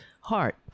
heart